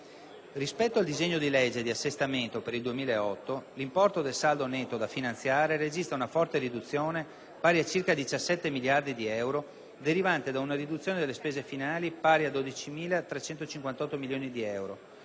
Rispetto al disegno di legge di assestamento per il 2008, l'importo del saldo netto da finanziare registra una forte riduzione, pari a circa 17 miliardi di euro, derivante da una riduzione delle spese finali pari a 12.358 milioni di euro